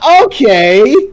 Okay